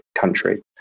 country